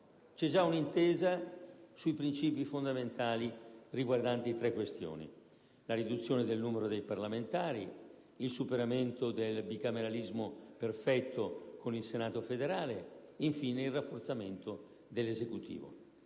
C'è già un'intesa sui princìpi fondamentali riguardanti tre questioni: la riduzione del numero dei parlamentari; il superamento del bicameralismo perfetto, con il Senato federale; infine, il rafforzamento dell'Esecutivo.